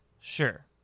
Sure